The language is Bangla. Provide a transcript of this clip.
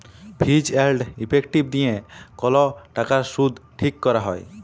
ফিজ এল্ড ইফেক্টিভ দিঁয়ে কল টাকার সুদ ঠিক ক্যরা হ্যয়